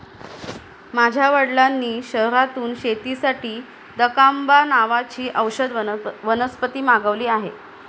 माझ्या वडिलांनी शहरातून शेतीसाठी दकांबा नावाची औषधी वनस्पती मागवली आहे